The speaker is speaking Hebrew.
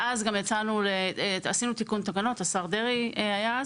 ואז גם עשינו תיקון תקנות, השר דרעי היה אז,